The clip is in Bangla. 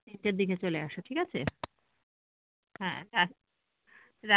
তিনটের দিকে চলে আসো ঠিক আছে হ্যাঁ রা